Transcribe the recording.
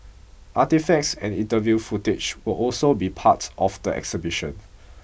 artefacts and interview footage will also be part of the exhibition